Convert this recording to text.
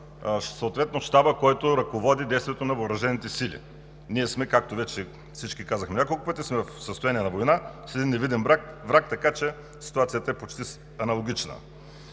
съответно на щаба, който ръководи действието на въоръжените сили. Ние сме, както вече всички казахме няколко пъти, в състояние на война с един невидим враг, така че ситуацията е почти аналогична.